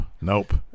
Nope